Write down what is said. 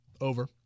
Over